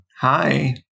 Hi